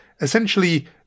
essentially